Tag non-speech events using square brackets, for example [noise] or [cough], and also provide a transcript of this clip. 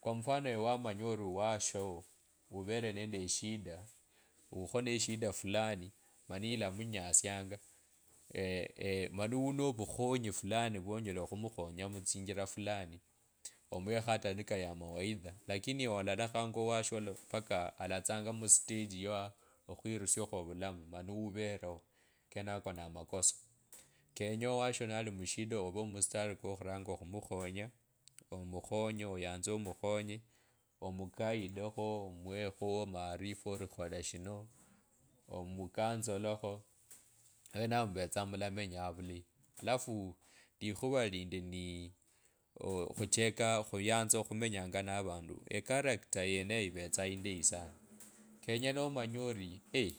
kwa mfano ewe wamanya ori owasho wovele nende eshida wukho ne shida fulani mani yilamunyesianga [hesitation] ee mani wunovukhonyi vwonyela khumukhonya mutsinjira fulani owekho hata nikali amawaidha lakini olalakhanga owasho vaka alatsanga mustajiyw okhwirusiakho ovulamu, mani uveleo kenako namakoso kenye owasho nalimshida ave mustari kwo khuranga khumukhonya, omukhonye oyanze omukhonye, omuguidekho, omwekho amarifa ori khola shino, omucounsolakho wenao muvetsanga mulamenyanga vulai, alafu likhuva lindi ni khichekaa khuyanzanga khumenya na vandu echarector yeneyo eyindayi sana kenye nomanye ori ee.